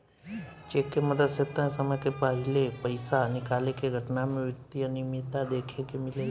check के मदद से तय समय के पाहिले पइसा निकाले के घटना में वित्तीय अनिमियता देखे के मिलेला